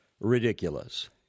ridiculous